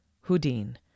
Houdin